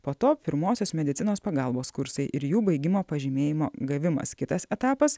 po to pirmosios medicinos pagalbos kursai ir jų baigimo pažymėjimo gavimas kitas etapas